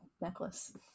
necklace